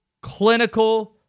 clinical